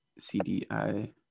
CDI